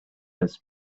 has